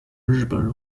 日本